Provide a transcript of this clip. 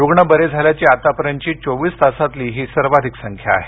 रुग्ण बरे झाल्याची आत्तापर्यंतची एका दिवसातली ही सर्वाधिक संख्या आहे